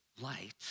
light